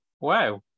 wow